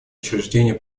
учреждения